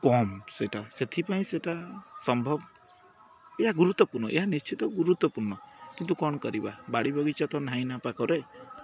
କମ୍ ସେଇଟା ସେଥିପାଇଁ ସେଇଟା ସମ୍ଭବ ଏହା ଗୁରୁତ୍ୱପୂର୍ଣ୍ଣ ଏହା ନିଶ୍ଚିତ ଗୁରୁତ୍ୱପୂର୍ଣ୍ଣ କିନ୍ତୁ କ'ଣ କରିବା ବାଡ଼ି ବଗିଚା ତ ନାହିଁନା ପାଖରେ